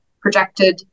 projected